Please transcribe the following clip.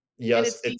Yes